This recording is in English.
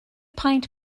pint